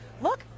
look